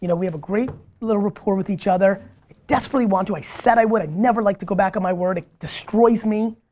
you know we have a great little rapport with each other, i desperately want to, i said i would, i never like to go back on my word, it destroys me,